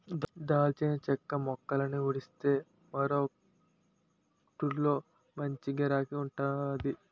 దాల్చిన చెక్క మొక్కలని ఊడిస్తే మారకొట్టులో మంచి గిరాకీ వుంటాది